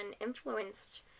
influenced